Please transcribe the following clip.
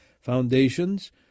foundations